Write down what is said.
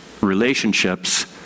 relationships